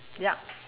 yup